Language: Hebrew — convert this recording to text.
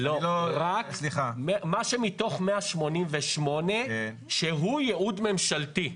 מה שמתוך 188 שהוא ייעוד ממשלתי.